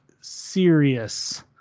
serious